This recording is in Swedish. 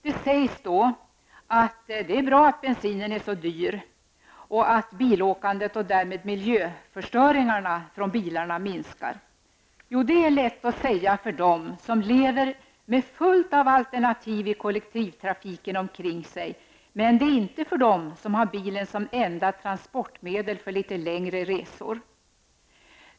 Det sägs då att det är bra att bensinen är så dyr och att bilåkandet och därmed miljöförstöringen från bilarna minskar. Ja, det är lätt att säga för dem som lever med fullt av alternativ i form av kollektivtrafik omkring sig men inte för dem som har bilen som enda transportmedel för litet längre resor.